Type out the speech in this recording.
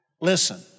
Listen